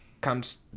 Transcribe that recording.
comes